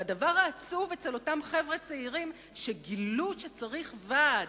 והדבר העצוב אצל אותם חבר'ה צעירים שגילו שצריך ועד,